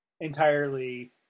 entirely